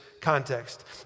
context